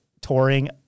touring